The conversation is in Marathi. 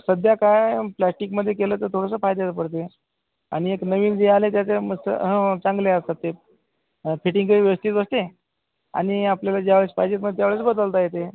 सध्या काय प्लॅस्टिकमध्ये केलं तर थोडंसं फायद्याचं पडते आणि एक नवीन जे आलं त्याच्या मस्त हो हो चांगले असतात ते फिटिंगही व्यवस्थित बसते आणि आपल्याला ज्या वेळेस पाहिजे मग त्या वेळेस बदलता येते